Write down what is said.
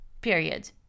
period